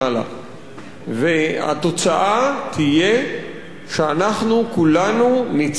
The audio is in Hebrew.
והתוצאה תהיה שאנחנו כולנו נצטרך לשלם יותר